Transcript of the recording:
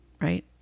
right